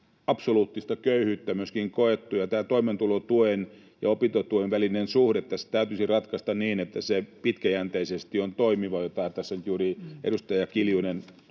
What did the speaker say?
absoluuttista köyhyyttä myöskin koettu, ja tämä toimeentulotuen ja opintotuen välinen suhde tässä täytyisi ratkaista niin, että se pitkäjänteisesti on toimiva, mitä tässä nyt juuri edustaja Kiljunen,